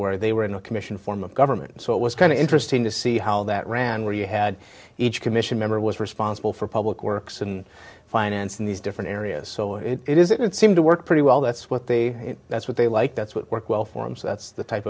where they were in a commission form of government so it was kind of interesting to see how that ran where you had each commission member was responsible for public works and finance in these different areas so it is it seemed to work pretty well that's what they that's what they like that's what work well for him so that's the type